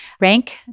rank